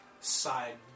side